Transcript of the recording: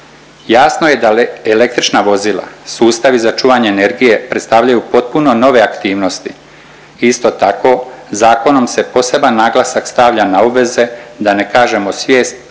Jasno je da električna vozila i sustavi za čuvanje energije predstavljaju potpuno nove aktivnosti. Isto tako zakonom se poseban naglasak stavlja na obveze, da ne kažemo svijest